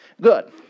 Good